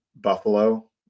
Buffalo